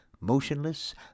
Motionless